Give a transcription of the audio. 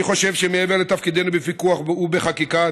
אני חושב שמעבר לתפקידנו בפיקוח ובחקיקה,